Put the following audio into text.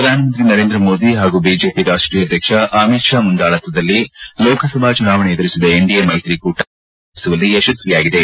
ಪ್ರಧಾನ ಮಂತ್ರಿ ನರೇಂದ್ರ ಮೋದಿ ಹಾಗೂ ಬಿಜೆಪಿ ರಾಷ್ಟೀಯ ಅಧ್ಯಕ್ಷ ಅಮಿತ್ ಷಾ ಮುಂದಾಳತ್ವದಲ್ಲಿ ಲೋಕಸಭಾ ಚುನಾವಣೆ ಎದುರಿಸಿದ ಎನ್ಡಿಎ ಮೈತ್ರಿಕೂಟ ಭರ್ಜರಿ ಜಯ ಸಾಧಿಸುವಲ್ಲಿ ಯಶಸ್ವಿಯಾಗಿದೆ